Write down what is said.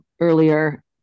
earlier